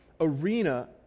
arena